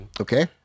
okay